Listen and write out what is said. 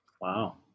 Wow